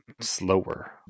slower